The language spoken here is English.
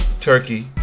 Turkey